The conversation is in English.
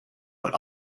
but